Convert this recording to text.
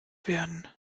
werden